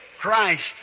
Christ